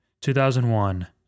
2001